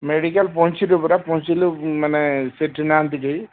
medical ପହଞ୍ଚିଲୁ ପରା ପହଞ୍ଚିଲୁ ମାନେ ସେଠି ନାହାନ୍ତି ଯାଇ